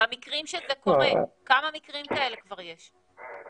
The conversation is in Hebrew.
במקרים שזה קורה, כמה מקרים כאלה כבר יש?